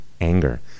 anger